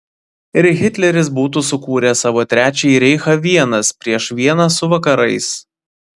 ir hitleris būtų sukūręs savo trečiąjį reichą vienas prieš vieną su vakarais